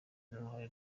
n’uruhare